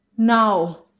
now